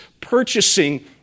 purchasing